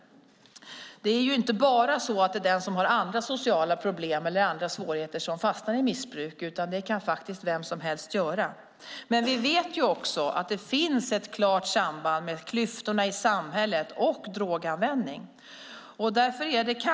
Det är inte bara den som har andra sociala problem eller andra svårigheter som fastnar i missbruk, utan det kan vem som helst göra. Men vi vet att det finns ett klart samband mellan klyftorna i samhället och droganvändning.